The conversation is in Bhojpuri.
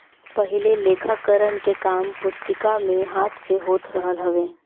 पहिले लेखाकरण के काम पुस्तिका में हाथ से होत रहल हवे